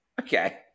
okay